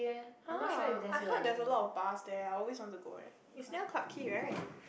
[huh] I heard there is lot of bars there I always want to go [eh]is near Clarke-Quay right